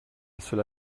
cela